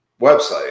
website